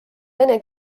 vene